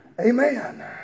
Amen